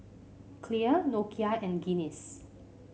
Clear Nokia and Guinness